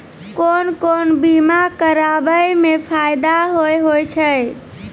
कोन कोन बीमा कराबै मे फायदा होय होय छै?